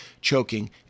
choking